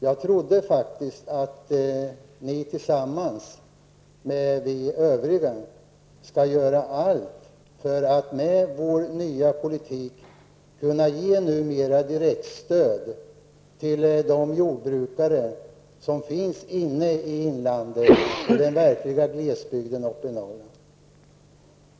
Jag trodde faktiskt att ni tillsammans med oss övriga ville göra allt för att inom ramen för den nya politiken direkt stödja jordbrukarna i inlandet och i den verkliga glesbygden i Norrland.